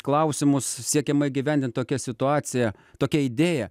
klausimus siekiama įgyvendinti tokia situacija tokia idėja